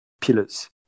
pillars